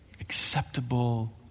acceptable